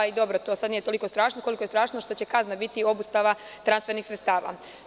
Nije to toliko strašno, koliko je strašno što će kazna biti obustava transfernih sredstava.